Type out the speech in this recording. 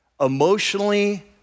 Emotionally